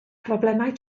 problemau